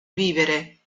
vivere